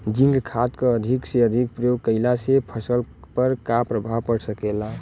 Zinc खाद क अधिक से अधिक प्रयोग कइला से फसल पर का प्रभाव पड़ सकेला?